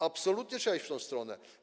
Absolutnie trzeba iść w tę stronę.